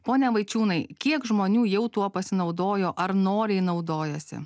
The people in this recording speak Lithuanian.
pone vaičiūnai kiek žmonių jau tuo pasinaudojo ar noriai naudojasi